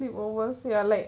sleep overs ya like